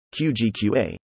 QGQA